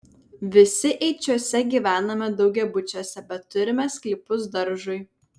visi eičiuose gyvename daugiabučiuose bet turime sklypus daržui